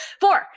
four